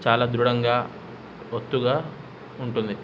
చాలా దృఢంగా ఒత్తుగా ఉంటుంది